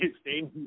stay